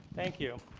thank you.